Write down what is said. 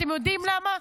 אתם יודעים למה?